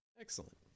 excellent